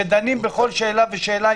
שדנים בכל שאלה ושאלה,